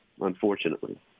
unfortunately